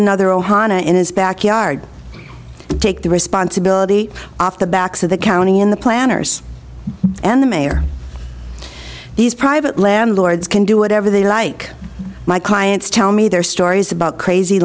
another ohana in his backyard take the responsibility off the backs of the county and the planners and the mayor these private landlords can do whatever they like my clients tell me their stories about crazy